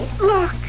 Look